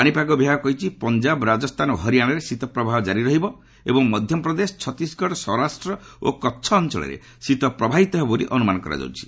ପାଣିପାଗ ବିଭାଗ କହିଛି ପଞ୍ଜାବ ରାଜସ୍ଥାନ ଓ ହରିଆଣାରେ ଶୀତ ପ୍ରବାହ ଜାରି ରହିବ ଏବଂ ମଧ୍ୟପ୍ରଦେଶ ଛତିଶଗଡ଼ ସୌରାଷ୍ଟ୍ର ଓ କଚ୍ଛ ଅଞ୍ଚଳରେ ଶୀତ ପ୍ରବାହିତ ହେବ ବୋଲି ଅନୁମାନ କରାଯାଉଛି